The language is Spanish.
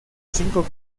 cinco